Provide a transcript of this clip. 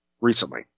recently